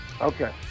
Okay